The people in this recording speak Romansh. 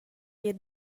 eir